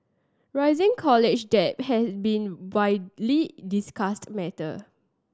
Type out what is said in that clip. rising college debt has been widely discussed matter